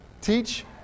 teach